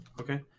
Okay